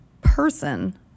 person